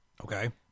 Okay